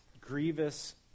grievous